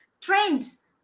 Trends